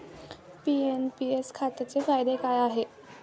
NPS खात्याचे फायदे काय आहेत?